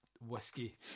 whiskey